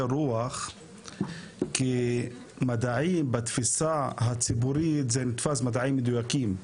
הרוח כי מדעים בתפיסה הציבורית זה מדעים מדויקים,